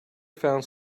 found